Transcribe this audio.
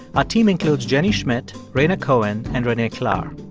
ah team includes jenny schmidt, rhaina cohen and renee klahr.